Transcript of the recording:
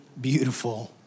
beautiful